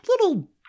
little